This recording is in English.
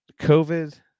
COVID